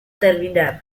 terminar